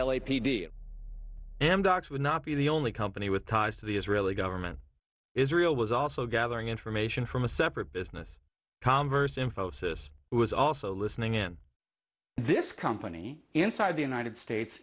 l a p d amdocs would not be the only company with ties to the israeli government israel was also gathering information from a separate business comverse infosys was also listening in this company inside the united states